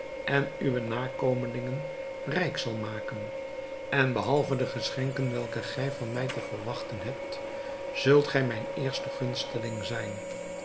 en uwe nakomelingen rijk zal maken en behalve de geschenken welke gij van mij te verwachten hebt zult gij mijn eerste gunsteling zijn